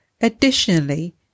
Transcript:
Additionally